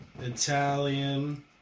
Italian